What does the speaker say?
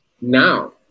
Now